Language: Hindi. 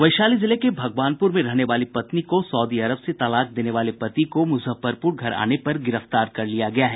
वैशाली जिले के भगवानपुर में रहने वाली पत्नी को सऊदी अरब से तलाक देने वाले पति को मुजफ्फरपुर घर आने पर गिरफ्तार कर लिया गया है